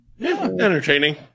Entertaining